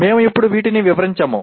మేము ఇప్పుడు వీటిని వివరించము